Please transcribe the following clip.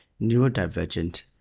neurodivergent